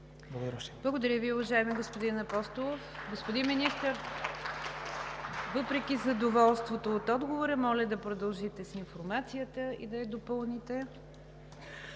Благодаря Ви, уважаеми господин Апостолов. Господин Министър, въпреки задоволството от отговора, моля да продължите с информацията и да я допълните